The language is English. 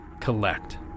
collect